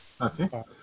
Okay